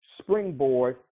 springboard